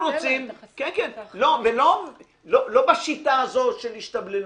--- לא בשיטה הזו של השתבללות.